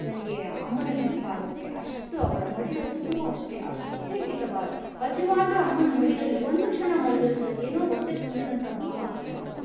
ನನಗೆ ಅಮ್ಮನ ನೆನ್ಪು ಆಗುತ್ತೆ ಅಷ್ಟು ಅವಳ ಮಡಿಲು ಸುಖವು ಅಷ್ಟೇ ಅಷ್ಟೇ ಹಿತವಾಗಿ ಹಸಿವಾದರು ಅಮ್ಮನ ಮಡಿಲಲ್ಲಿ ಒಂದು ಕ್ಷಣ ಮಲಗಿದರೆ ಸಾಕು ಏನೋ ಒಂದು ಹೊಟ್ಟೆ ತುಂಬಿದಂಥ ಭಾವ ಆಗ್ತಾ ಇತ್ತು